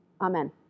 Amen